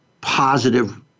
positive